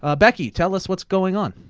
ah becky, tell us what's going on.